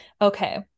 Okay